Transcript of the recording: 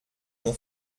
mon